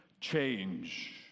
change